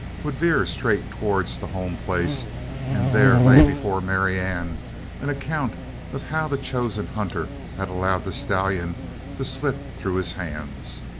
would veer straight towards the home place and there lay before marianne an account of how the chosen hunter had allowed the stallion to slip through his hands.